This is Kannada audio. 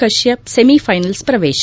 ಕಶ್ಯಪ್ ಸೆಮಿಫೈನಲ್ಸ್ ಪ್ರವೇಶ